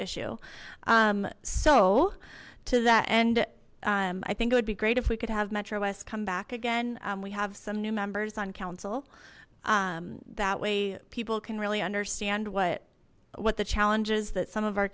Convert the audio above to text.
issue so to that end i think it would be great if we could have metro west come back again we have some new members on council that way people can really understand what what the challenges that some of our